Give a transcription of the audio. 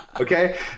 okay